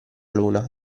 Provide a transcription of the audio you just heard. luna